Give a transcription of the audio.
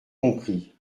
compris